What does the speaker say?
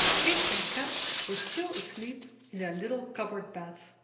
kit and kat were still asleep in their little cupboard bed.